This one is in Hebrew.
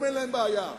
אין להם בעיה.